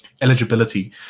eligibility